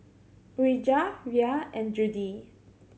Urijah Rhea and Judy